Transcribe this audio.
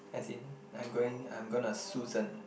as in I'm going I'm gonna Susan